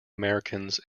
americans